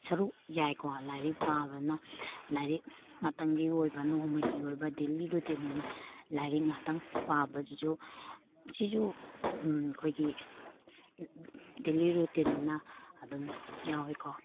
ꯁꯔꯨꯛ ꯌꯥꯏꯀꯣ ꯂꯥꯏꯔꯤꯛ ꯄꯥꯕꯅ ꯂꯥꯏꯔꯤꯛ ꯉꯥꯛꯇꯪꯒꯤ ꯑꯣꯏꯕ ꯅꯣꯡꯃꯒꯤ ꯑꯣꯏꯕ ꯗꯦꯂꯤ ꯔꯨꯇꯤꯟ ꯑꯣꯏꯅ ꯂꯥꯏꯔꯤꯛ ꯉꯥꯛꯇꯪ ꯄꯥꯕꯁꯤꯁꯨ ꯁꯤꯁꯨ ꯑꯩꯈꯣꯏꯒꯤ ꯗꯦꯂꯤ ꯔꯨꯇꯤꯟꯅꯤꯅ ꯑꯗꯨꯝ ꯌꯥꯎꯏꯀꯣ